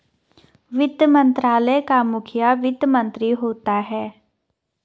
वित्त मंत्रालय का मुखिया वित्त मंत्री होता है